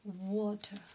water